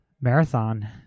Marathon